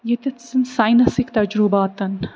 ییٚتٮ۪تھ زَن سایِنَسٕکۍ تجرُباتَن